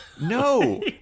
No